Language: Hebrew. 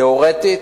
תיאורטית,